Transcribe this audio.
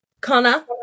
Connor